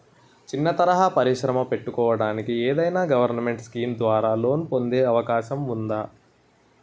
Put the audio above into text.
చిన్న తరహా పరిశ్రమ పెట్టుకోటానికి ఏదైనా గవర్నమెంట్ స్కీం ద్వారా లోన్ పొందే అవకాశం ఉందా?